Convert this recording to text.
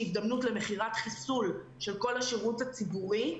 הזדמנות למכירת חיסול של כל השירות הציבורי.